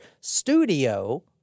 studio